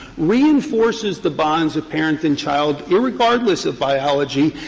reinforces the bonds of parent and child irregardless of biology,